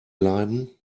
bleiben